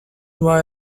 why